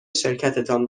شرکتتان